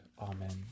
Amen